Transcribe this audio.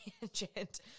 tangent